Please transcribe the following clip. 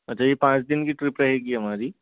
अच्छा ये पांच दिन की ट्रिप रहेगी हमारी